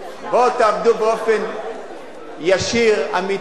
בואו תעבדו באופן ישיר, אמיתי,